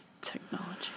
technology